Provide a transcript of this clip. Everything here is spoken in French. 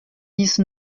dix